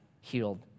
healed